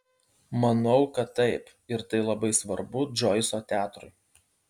manau kad taip ir tai labai svarbu džoiso teatrui